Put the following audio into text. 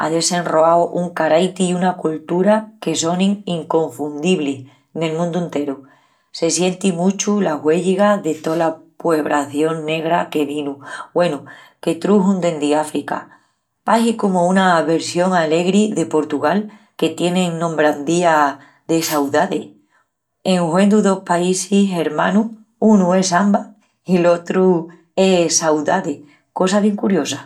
á desenroau un caraiti i una coltura que sonin inconfundiblis nel mundu enteru. Se sienti muchu la huélliga de tola puebración negra que vinu, güenu, que truxun dendi África. Pahi comu una vessión alegri de Portugal, que tien nombradía de saudade. En huendu dos paísis ermanus, unu es samba i l'otru es saudade, cosa bien curiosa.